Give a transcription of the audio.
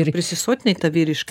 ir prisisotinai tą vyrišką